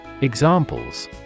Examples